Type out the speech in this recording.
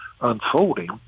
unfolding